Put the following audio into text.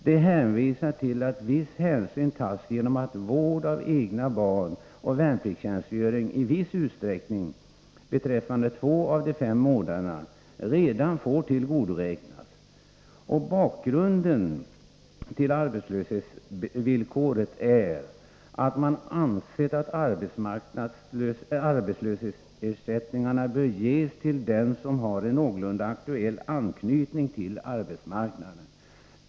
De hänvisar till att viss hänsyn tas genom att vård av egna barn och värnpliktstjänstgöring i viss utsträckning — beträffande två av de fem månaderna — redan får tillgodoräknas. Bakgrunden till arbetsvillkoret är att man ansett att arbetslöshetsersättningar bör ges till dem som har en någorlunda aktuell anknytning till arbetsmarknaden.